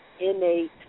innate